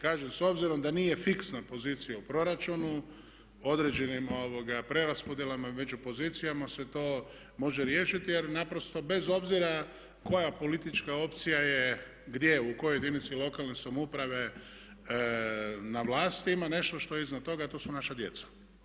Kažem, s obzirom da nije fiksna pozicija u proračunu određenim preraspodjelama među pozicijama se to može riješiti jer naprosto bez obzira koja politička opcija je gdje u kojoj jedinici lokalne samouprave na vlasti ima nešto što je iznad toga, a to su naša djeca.